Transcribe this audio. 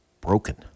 broken